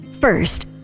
first